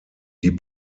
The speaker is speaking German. die